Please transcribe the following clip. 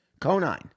Conine